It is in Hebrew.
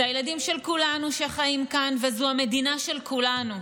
זה הילדים של כולנו שחיים כאן וזו המדינה של כולנו,